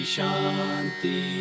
Shanti